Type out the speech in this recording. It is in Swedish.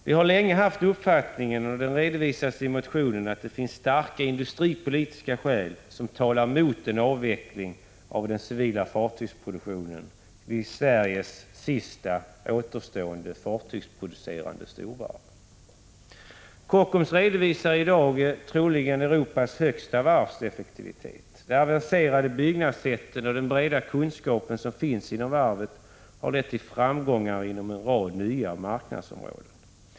Vi har länge haft den uppfattning som redovisas i motionen, nämligen att det finns starka industripolitiska skäl som talar mot en avveckling av den civila fartygsproduktionen vid Sveriges sista återstående fartygsproducerande storvarv. Kockums redovisar i dag troligen Europas högsta varvseffektivitet. Det avancerade byggnadssättet och den breda kunskap som finns inom varvet har lett till framgångar inom en rad nya marknadsområden.